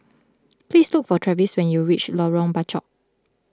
please look for Travis when you reach Lorong Bachok